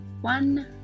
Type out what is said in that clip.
one